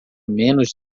menos